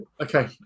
Okay